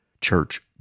church